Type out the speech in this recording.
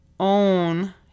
own